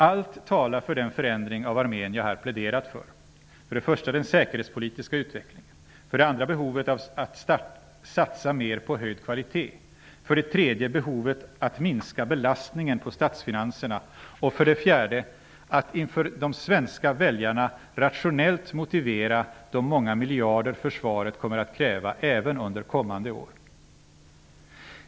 Allt talar för den förändring av armén jag här pläderat för: -- behovet att satsa mer på höjd kvalitet, -- behovet att minska belastningen på statsfinanserna, -- behovet att inför de svenska väljarna rationellt motivera de många miljarder försvaret kommer att kräva även under kommande år.